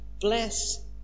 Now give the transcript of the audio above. bless